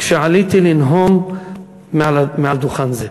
כשעליתי לנאום מעל דוכן זה.